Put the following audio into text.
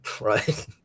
Right